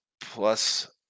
plus